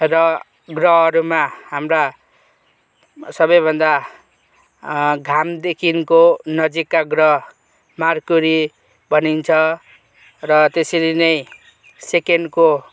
र ग्रहहरूमा हाम्रा सबैभन्दा घामदेखिको नजिकका ग्रह मर्क्युरी भनिन्छ र त्यसरी नै सेकेन्डको